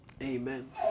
amen